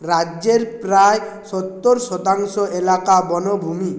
রাজ্যের প্রায় সত্তর শতাংশ এলাকা বনভূমি